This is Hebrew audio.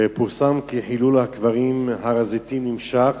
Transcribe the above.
פורסם כי חילול הקברים בהר-הזיתים נמשך.